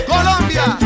Colombia